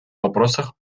вопросах